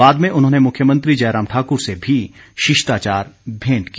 बाद में उन्होंने मुख्यमंत्री जयराम ठाकुर से भी शिष्टाचार भेंट की